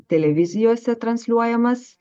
televizijose transliuojamas